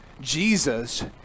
Jesus